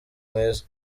mwiza